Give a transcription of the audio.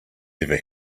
never